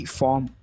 form